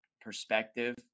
perspective